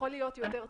להיות יותר טוב.